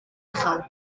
uchel